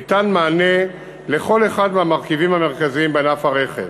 ניתן מענה לכל אחד מהמרכיבים המרכזיים בענף הרכב: